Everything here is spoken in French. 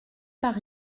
par